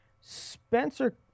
Spencer